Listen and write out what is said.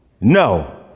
No